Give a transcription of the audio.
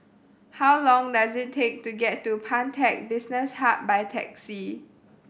how long does it take to get to Pantech Business Hub by taxi